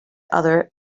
other